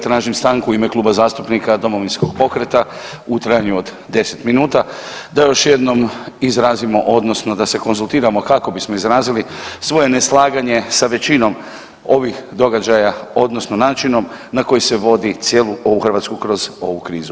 Tražim stanku u ime Kluba zastupnika Domovinskog pokreta u trajanju od 10 minuta da još jednom izrazimo odnosno da se konzultiramo kako bismo izrazili svoje neslaganje sa većinom ovih događaja odnosno načinom na koji se vodi cijelu ovu Hrvatsku kroz ovu krizu.